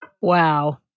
Wow